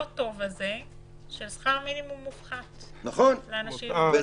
טוב הזה של שכר מינימום מופחת לאנשים עם מוגבלויות,